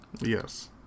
yes